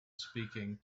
speaking